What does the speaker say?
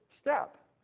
step